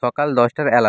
সকাল দশটার